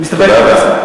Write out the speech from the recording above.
אני מסתפק בדברי השר.